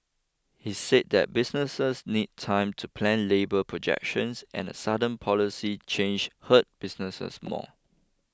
he said that businesses need time to plan labour projections and a sudden policy change hurt businesses more